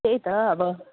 त्यही त अब